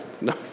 no